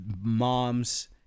moms